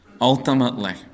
ultimately